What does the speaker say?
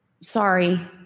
Sorry